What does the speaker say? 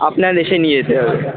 আপনার এসে নিয়ে যেতে হবে দাদা